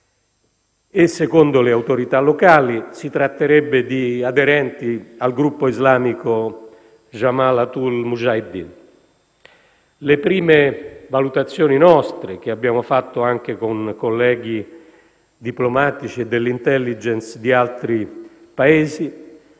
Secondo le autorità locali, si tratterebbe di aderenti al gruppo islamico Jamaat-ul Mujahideen. Le nostre prime valutazioni, che abbiamo fatto anche con colleghi diplomatici e dell'*intelligence* di altri Paesi,